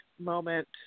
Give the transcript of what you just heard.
moment